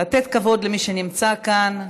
לתת כבוד למי שנמצא כאן.